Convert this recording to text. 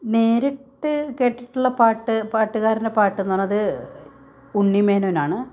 നേരത്തെ കെട്ടിട്ടുള്ള പാട്ട് പാട്ടുക്കാരുടെ പാട്ട് എന്നുപറയുന്നത് ഉണ്ണി മോനോന് ആണ്